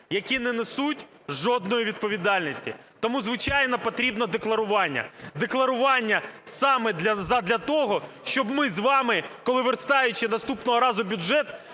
які не несуть жодної відповідальності. Тому, звичайно, потрібно декларування. Декларування саме задля того, щоб ми з вами, коли верстаючи наступного разу бюджет,